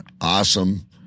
awesome